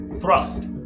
Thrust